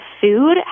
food